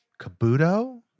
Kabuto